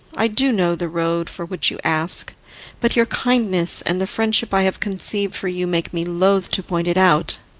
i do know the road for which you ask, but your kindness and the friendship i have conceived for you make me loth to point it out.